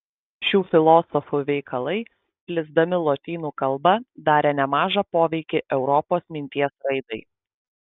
šių filosofų veikalai plisdami lotynų kalba darė nemažą poveikį europos minties raidai